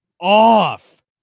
off